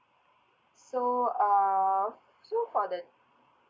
so uh so for the